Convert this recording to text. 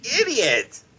idiot